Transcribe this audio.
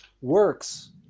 works